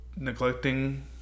neglecting